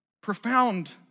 profound